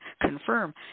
confirm